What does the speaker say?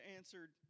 answered